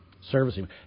servicing